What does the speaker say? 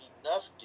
enough